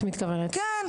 כן.